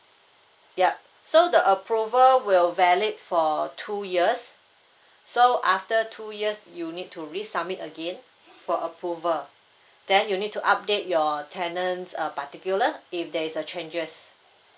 yup so the approval will valid for two years so after two years you need to resubmit again for approval then you need to update your tenant's uh particular if there is uh changes